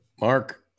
Mark